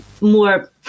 more